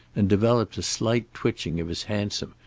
and developed a slight twitching of his handsome,